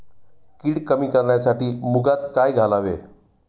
कीड कमी करण्यासाठी मुगात काय घालावे?